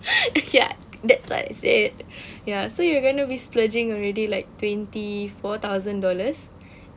ya that's what I said ya so you're going to be splurging already like twenty four thousand dollars